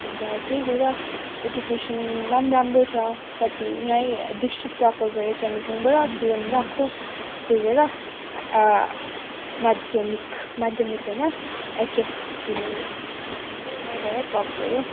अन्त त्यही भएर एडुकेसनमा पनि राम्रो छ कति यहीँ डिस्ट्रिक्ट टपर भयो कालिम्पोङबाट फिलोमिनाको स्कुलबाट माध्यमिक माध्यमिक होइन एचएस दिने त यहीँबाट टप भयो